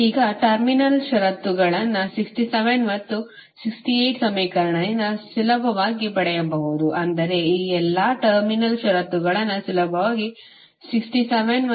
ಈಗಟರ್ಮಿನಲ್ ಷರತ್ತುಗಳನ್ನು 67 ಮತ್ತು 68 ಸಮೀಕರಣದಿಂದ ಸುಲಭವಾಗಿ ಪಡೆಯಬಹುದು ಅಂದರೆ ಈ ಎಲ್ಲಾ ಟರ್ಮಿನಲ್ ಷರತ್ತುಗಳನ್ನು ಸುಲಭವಾಗಿ 67 ಮತ್ತು 68 ಸಮೀಕರಣದಿಂದ ಪಡೆಯಬಹುದು